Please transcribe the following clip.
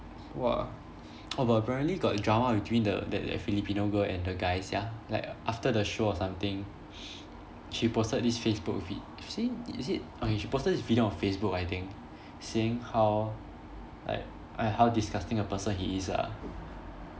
!wah! oh but apparently got drama between the that that filipino girl and the guy sia like after the show or something she posted this facebook feed is it is it oh she posted this video on facebook I think saying how like uh how disgusting a person he is ah